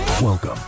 Welcome